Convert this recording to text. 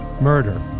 Murder